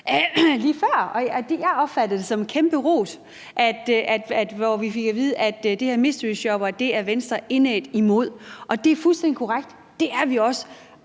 lige før. Jeg opfattede det som en kæmpe ros, at vi fik at vide, at de her mysteryshoppere er Venstre indædt imod, og det er fuldstændig korrekt: Det er vi også.